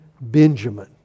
Benjamin